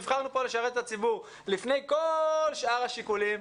נבחנו כאן לשרת את הציבור לפני כל שאר השיקולים.